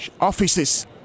offices